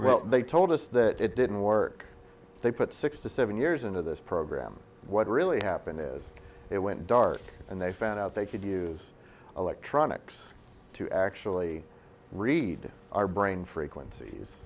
well they told us that it didn't work they put six to seven years into this program what really happened is it went dark and they found out they could use electronics to actually read our brain frequencies